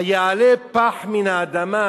היעלה פח מן האדמה,